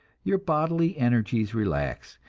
your bodily energies relax,